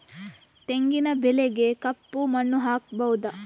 ತೆಂಗಿನ ಬೆಳೆಗೆ ಕಪ್ಪು ಮಣ್ಣು ಆಗ್ಬಹುದಾ?